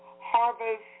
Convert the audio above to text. harvest